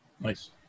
Nice